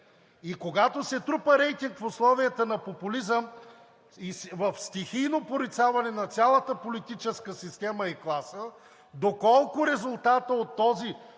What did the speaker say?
И когато се трупа рейтинг в условията на популизъм в стихийно порицаване на цялата политическа система и класа, доколко това Народно